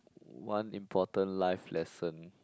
one important life lesson